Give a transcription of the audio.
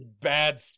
bad